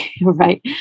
right